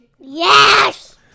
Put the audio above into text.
Yes